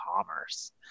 Commerce